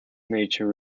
nature